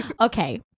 okay